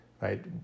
right